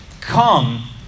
come